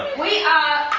we are